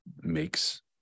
makes